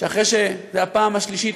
וזו הפעם השלישית,